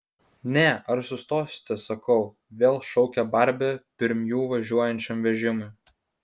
ne ar sustosite sakau vėl šaukia barbė pirm jų važiuojančiam vežimui